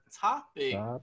topic